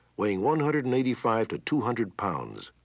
weighing one hundred and eighty five to two hundred pounds.